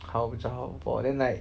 好比较好 then like